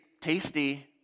tasty